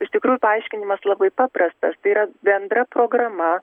iš tikrųjų paaiškinimas labai paprastas tai yra bendra programa